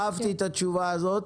אהבתי את התשוב הזאת.